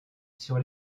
sur